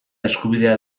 eskubidea